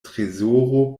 trezoro